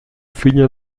figlio